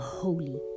holy